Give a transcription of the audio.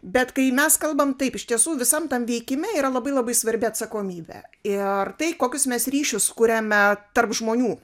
bet kai mes kalbam taip iš tiesų visam tam veikime yra labai labai svarbi atsakomybė ir tai kokius mes ryšius kuriame tarp žmonių